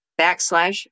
backslash